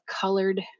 colored